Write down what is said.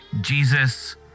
Jesus